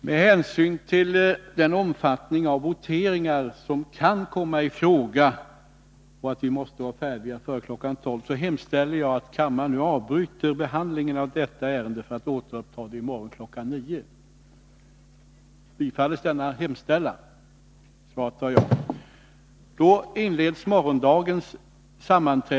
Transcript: Morgondagens sammanträde inleds med fortsatt behandling av finansutskottets betänkande om kommunalekonomiska frågor.